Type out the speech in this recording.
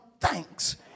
thanks